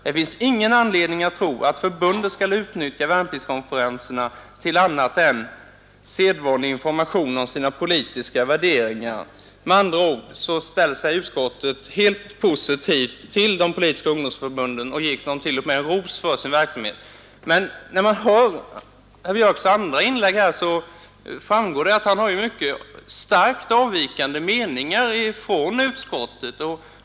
Det finns inte anledning tro att förbunden skall utnyttja värnpliktskonferenserna till annat än sedvanlig information om sina politiska värderingar.” Utskottet ställer sig med andra ord helt positivt till de politiska ungdomsförbunden och ger dem t.o.m. en ros för deras verksamhet. Men när man hör herr Björcks andra inlägg så framgår det att han har uppfattningar som mycket starkt avviker från utskottets.